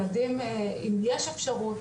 אם יש אפשרות,